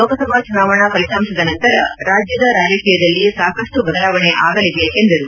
ಲೋಕಸಭಾ ಚುನಾವಣಾ ಫಲಿತಾಂಶದ ನಂತರ ರಾಜ್ಯದ ರಾಜಕೀಯದಲ್ಲಿ ಸಾಕಷ್ಟು ಬದಲಾವಣೆ ಆಗಲಿದೆ ಎಂದರು